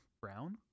Brown